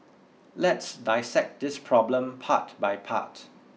let's dissect this problem part by part